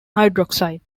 hydroxide